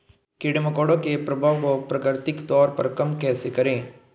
कीड़े मकोड़ों के प्रभाव को प्राकृतिक तौर पर कम कैसे करें?